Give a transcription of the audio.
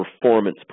performance